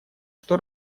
что